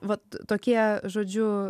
vat tokie žodžiu